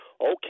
okay